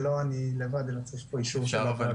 זכויות לאנשים עם מוגבלות במשרד המשפטים.